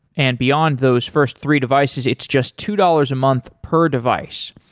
and beyond those first three devices, it's just two dollars a month per device.